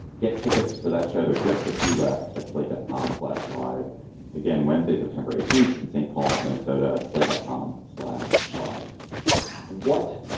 get tickets for that show there just a few left at slate dot com slash live again wednesday september eighteenth and st. paul minnesota slate dot com slash live what